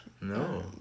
No